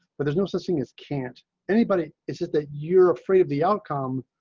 but there's no such thing as can't anybody. is it that you're afraid of the outcome.